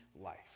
life